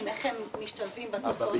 היטב שלך את נושא תשלומי הדיור בכלל.